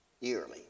yearly